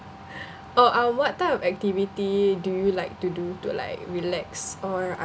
orh uh what type of activity do you like to do to like relax or